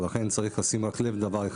ולכן צריך לשים לב רק לדבר אחד,